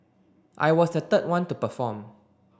I was the third one to perform